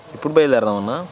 ఎప్పుడు బయిలుదేరదామన్నా